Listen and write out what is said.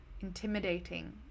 intimidating